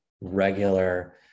regular